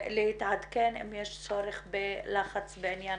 להתעדכן אם יש צורך בלחץ בעניין